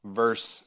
verse